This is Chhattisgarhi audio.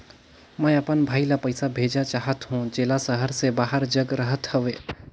मैं अपन भाई ल पइसा भेजा चाहत हों, जेला शहर से बाहर जग रहत हवे